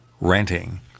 renting